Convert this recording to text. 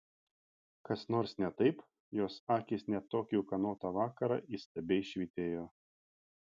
kas nors ne taip jos akys net tokį ūkanotą vakarą įstabiai švytėjo